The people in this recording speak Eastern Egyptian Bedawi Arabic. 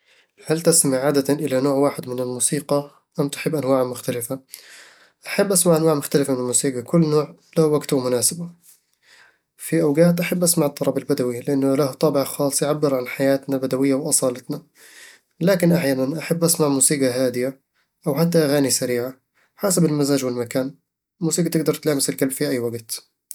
هل تستمع عادةً إلى نوع واحد من الموسيقي، أم تحب أنواعًا مختلفة؟ أحب أسمع أنواع مختلفة من الموسيقى، كل نوع له وقت ومناسبة في أوقات أحب أسمع الطرب البدوي، لأن له طابع خاص يعبر عن حياتنا البدوية وأصالتنا لكن أحيانًا، أحب أسمع موسيقى هادئة أو حتى أغاني سريعة، على حسب المزاج والمكان. الموسيقى تقدر تلامس القلب في أي وقت